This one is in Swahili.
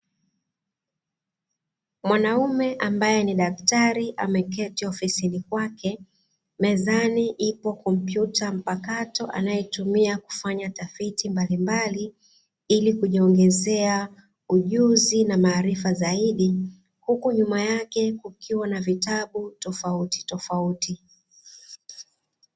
Mwanaume ambae ni daktari ameketi ofisini kwake, mezani ipo kompyuta mpakato anayoitumia kufanya tafiti mbalimbali, ili kujiongezea ujuzi na maarifa zaidi, huku nyuma yake kukiwa na vitabu tofautitofauti.